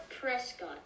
Prescott